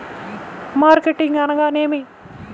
Marketing అనగానేమి?